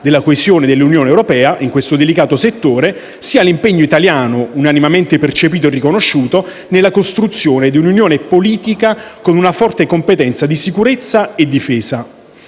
della coesione dell'Unione europea in questo delicato settore sia l'impegno italiano, unanimemente percepito e riconosciuto, nella costruzione di un'unione politica con una forte competenza di sicurezza e difesa.